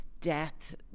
death